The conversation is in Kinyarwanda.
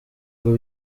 ngo